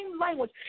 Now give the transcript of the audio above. language